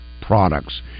products